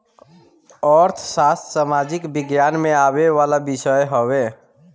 अर्थशास्त्र सामाजिक विज्ञान में आवेवाला विषय हवे